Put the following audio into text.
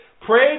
Pray